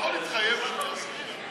אבל הוא לא יכול להתחייב שמיישמים את זה.